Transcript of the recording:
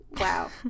Wow